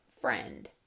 friend